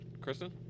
Kristen